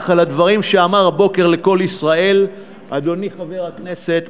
על הדברים שאמר הבוקר ל"קול ישראל" אדוני חבר הכנסת,